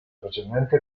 precedente